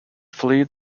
fleet